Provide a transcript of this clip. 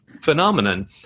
phenomenon